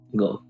go